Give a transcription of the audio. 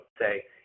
say